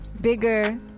bigger